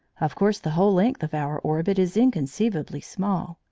of course the whole length of our orbit is inconceivably small,